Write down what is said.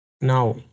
Now